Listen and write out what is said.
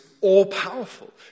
all-powerful